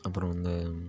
அப்புறம் இந்த